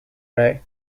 right